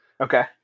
Okay